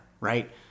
right